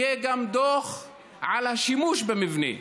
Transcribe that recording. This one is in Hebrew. יהיה גם דוח על השימוש במבנה.